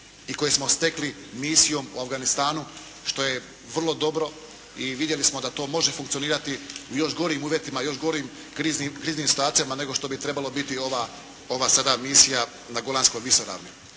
i koja smo stekli misijom u Afganistanu što je vrlo dobro i vidjeli smo da to može funkcionirati u još gorim uvjetima, u još gorim kriznim situacijama nego što bi trebala biti sada ova misija na Golanskoj visoravni.